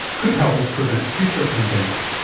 could help us prevent future pandemics.